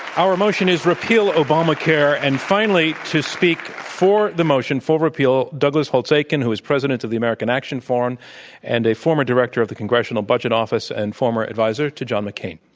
our motion is repeal obamacare. and finally, to speak for the motion, for repeal, douglas holtz-eakin, who is president of the american action forum and a former director of the congressional budget office and former advisor to john mccain.